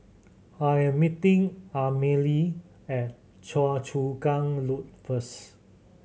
I'm meeting Amalie at Choa Chu Kang Loop first